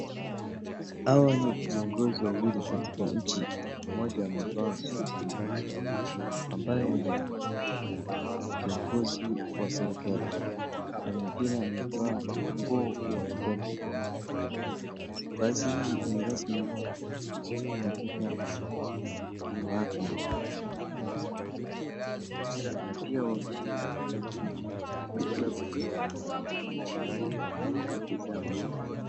Hawa ni viongozi wawili katika nchi. mmoja amevaa suti ambaye ni kiongozi wa serikali na mwingine amevaa nguo ya majaji. Vazi hili ni rasmi katika mahakama. Na pia wameshika kitabu katika mikono ukitazama.